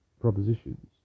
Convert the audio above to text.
propositions